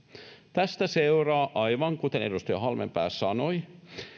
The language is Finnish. tästä seuraa aivan kuten edustaja halmeenpää sanoi